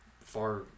far